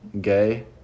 gay